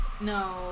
No